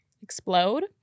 explode